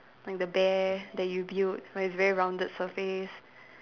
like the bear that you build but it's very rounded surface